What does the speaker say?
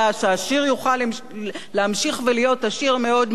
העשיר יוכל להמשיך להיות עשיר מאוד מאוד,